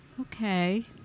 Okay